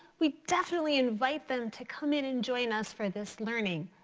we definitely invite them to come in and join us for this learning.